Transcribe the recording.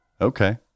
Okay